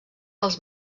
als